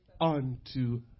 unto